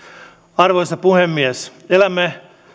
arvoisa puhemies elämme